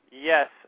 Yes